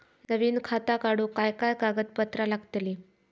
नवीन खाता काढूक काय काय कागदपत्रा लागतली?